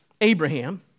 Abraham